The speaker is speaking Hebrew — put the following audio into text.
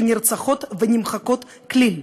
שנרצחות ונמחקות כליל.